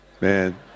man